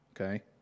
okay